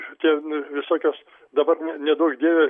šitie visokios dabar n neduok dieve